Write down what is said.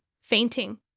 fainting